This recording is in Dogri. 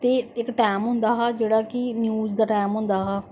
ते इक टैंम होंदा हा जेहड़ा कि न्यूज दा टैंम होंदा हा